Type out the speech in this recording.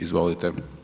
Izvolite.